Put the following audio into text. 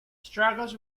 struggles